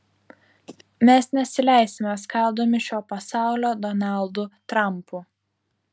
mes nesileisime skaldomi šio pasaulio donaldų trampų